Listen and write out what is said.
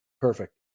Perfect